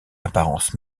apparence